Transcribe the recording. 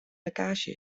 lekkage